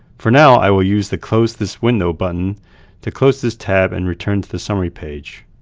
for now, i will use the close this window button to close this tab and return to the summary page.